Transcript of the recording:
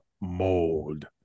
Mold